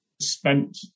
spent